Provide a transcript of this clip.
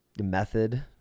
method